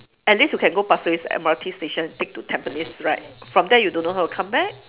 at least you can go pasir ris M_R_T station take to tampines right from there you don't know how to come back